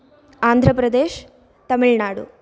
Andhra Pradesh Tamil Nadu